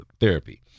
therapy